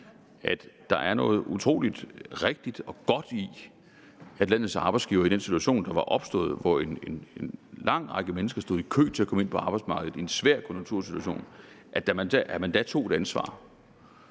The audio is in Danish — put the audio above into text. at der er noget utrolig rigtigt og godt i, at landets arbejdsgivere i den situation, der var opstået, hvor en lang række mennesker stod i kø for komme ind på arbejdsmarkedet i en svær konjunktursituation, da tog et ansvar.